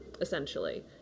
essentially